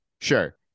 sure